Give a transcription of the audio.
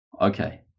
okay